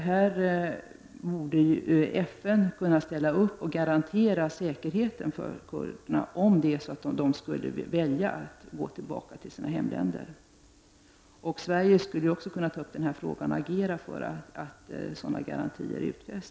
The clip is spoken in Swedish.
FN borde kunna ställa upp och garantera säkerheten för kurderna, om de skulle välja att gå tillbaka till sina hemländer. Sverige borde också ta upp frågan och agera för att sådana garantier utfästs.